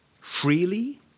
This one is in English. freely